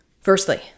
Firstly